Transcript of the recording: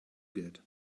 get